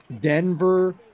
Denver